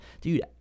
Dude